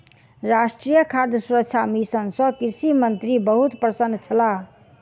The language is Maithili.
राष्ट्रीय खाद्य सुरक्षा मिशन सँ कृषि मंत्री बहुत प्रसन्न छलाह